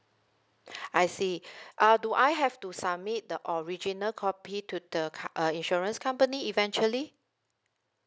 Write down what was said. I see uh do I have to submit the original copy to the uh insurance company eventually